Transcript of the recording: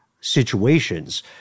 situations